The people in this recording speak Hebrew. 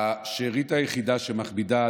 השארית היחידה שמכבידה,